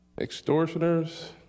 extortioners